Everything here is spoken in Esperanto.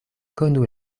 konu